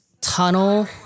tunnel